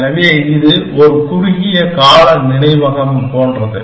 எனவே இது ஒரு குறுகிய கால நினைவகம் போன்றது